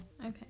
Okay